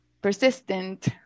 persistent